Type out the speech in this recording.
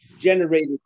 generated